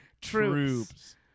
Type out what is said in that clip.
Troops